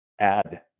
add